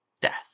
death